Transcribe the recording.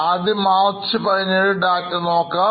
ആദ്യം March 17 data നോക്കാം